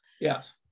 Yes